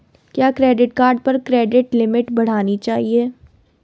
क्या credit card पर credit limit बढ़ानी चाहिए?